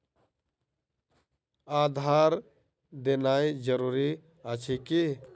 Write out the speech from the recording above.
आधार देनाय जरूरी अछि की?